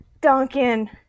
Duncan